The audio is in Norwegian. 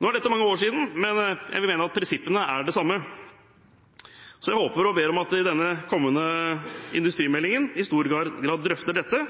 Nå er dette mange år siden, men jeg vil mene at prinsippene er de samme, så jeg håper og ber om at man i den kommende industrimeldingen i stor grad drøfter dette: